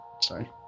Sorry